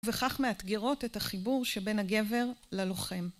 וכך מאתגרות את החיבור שבין הגבר ללוחם.